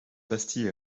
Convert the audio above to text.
bastille